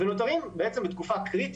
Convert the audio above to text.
ונותרים בעצם בתקופה קריטית,